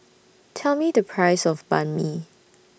Tell Me The Price of Banh MI